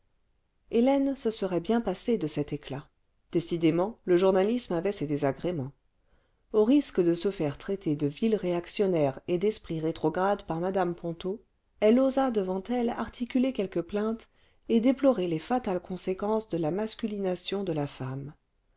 hélène se serait bien passée de cet éclat décidément le journalisme avait ses désagréments au risque de se faire traiter de vile réactionnaire et d'esprit rétrograde par mme ponto elle osa devant elle articuler quelques plaintes et déplorer les fatales conséquences de la masculination de la femme